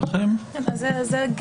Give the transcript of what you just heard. הוא יימחק.